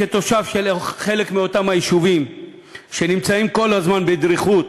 כתושב של חלק מאותם היישובים שנמצאים כל הזמן בדריכות